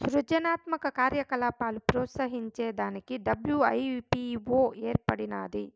సృజనాత్మక కార్యకలాపాలు ప్రోత్సహించే దానికి డబ్ల్యూ.ఐ.పీ.వో ఏర్పడినాది